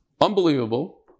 Unbelievable